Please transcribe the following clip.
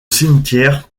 cimetière